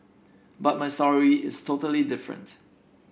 but my sorry is totally different